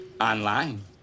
online